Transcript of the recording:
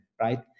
right